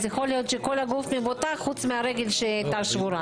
אז יכול להיות שכל הגוף מבוטח חוץ מהרגל שהייתה שבורה.